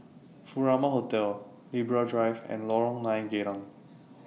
Furama Hotel Libra Drive and Lorong nine Geylang